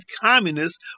communists